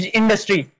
industry